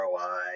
ROI